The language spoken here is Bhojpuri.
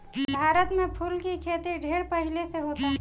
भारत में फूल के खेती ढेर पहिले से होता